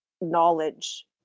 knowledge